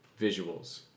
visuals